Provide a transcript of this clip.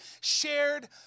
shared